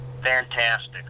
fantastic